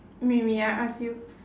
me me I ask you